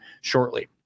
shortly